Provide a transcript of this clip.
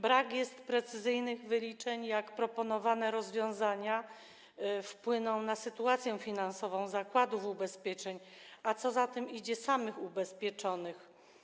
Brak jest precyzyjnych wyliczeń, jak proponowane rozwiązania wpłyną na sytuację finansową zakładów ubezpieczeń, a co za tym idzie - samych ubezpieczonych.